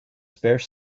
spare